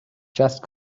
just